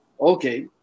Okay